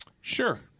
Sure